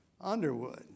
Underwood